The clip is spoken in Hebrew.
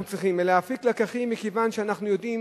אנחנו צריכים להפיק לקחים מכיוון שאנחנו יודעים